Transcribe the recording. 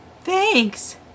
Thanks